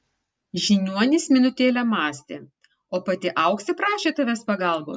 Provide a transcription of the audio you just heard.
žiniuonis minutėlę mąstė o pati auksė prašė tavęs pagalbos